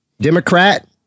Democrat